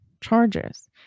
charges